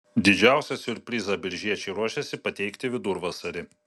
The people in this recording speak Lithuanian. didžiausią siurprizą biržiečiai ruošiasi pateikti vidurvasarį